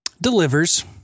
delivers